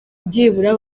byibura